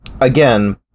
again